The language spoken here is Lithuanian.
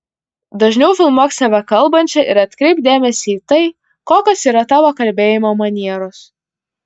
dažniau filmuok save kalbančią ir atkreipk dėmesį į tai kokios yra tavo kalbėjimo manieros